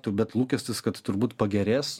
bet lūkestis kad turbūt pagerės